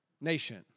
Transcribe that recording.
nation